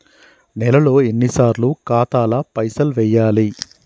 నెలలో ఎన్నిసార్లు ఖాతాల పైసలు వెయ్యాలి?